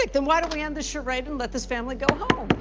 like then why don't we end this charade and let this family go home?